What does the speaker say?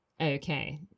Okay